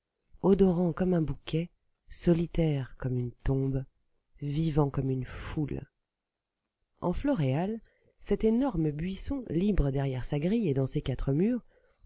odorant comme un bouquet solitaire comme une tombe vivant comme une foule en floréal cet énorme buisson libre derrière sa grille et dans ses quatre murs